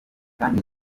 kandi